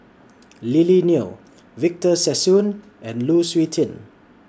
Lily Neo Victor Sassoon and Lu Suitin